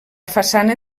façana